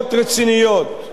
שמענו הצעות,